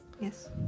Yes